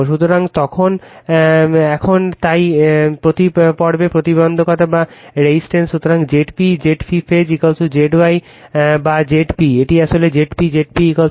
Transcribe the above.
সুতরাং এখন তাই প্রতি পর্বে প্রতিবন্ধকতা সুতরাং Zp Zphase Z y বা Zp এটি আসলে Zp Zp Z Δ